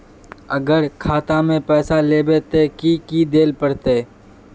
अगर खाता में पैसा लेबे ते की की देल पड़ते?